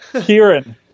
Kieran